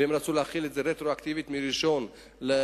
והם רצו להחיל את זה רטרואקטיבית מ-1 ביולי.